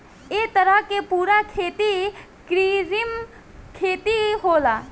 ए तरह के पूरा खेती कृत्रिम खेती होला